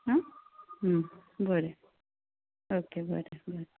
आ बरें ओके बरें बाय